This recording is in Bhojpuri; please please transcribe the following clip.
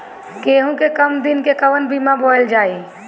गेहूं के कम दिन के कवन बीआ बोअल जाई?